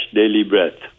dailybreath